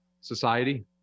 society